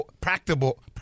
practical